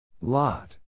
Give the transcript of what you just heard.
Lot